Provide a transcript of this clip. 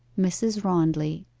mrs. rondley,